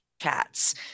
Chats